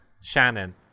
Shannon